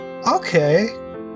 Okay